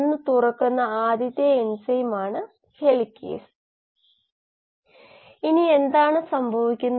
നമ്മുടെ സിസ്റ്റത്തിൽ ഇവിടെ C ഒരു എക്സ്ട്രാ സെല്ലുലാർ മെറ്റാബോലൈറ്റാണ് ഇപ്പോൾ അതിന്റെ സിസ്റ്റത്തിനുള്ളിൽ